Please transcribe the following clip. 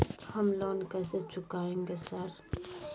हम लोन कैसे चुकाएंगे सर?